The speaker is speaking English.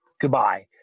goodbye